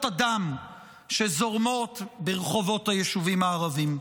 הדם שזורמים ברחובות היישובים הערביים.